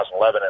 2011